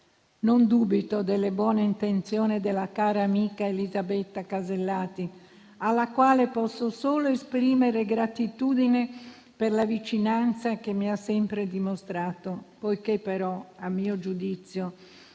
Non dubito delle buone intenzioni della cara amica Elisabetta Alberti Casellati, alla quale posso solo esprimere gratitudine per la vicinanza che mi ha sempre dimostrato; poiché però, a mio giudizio,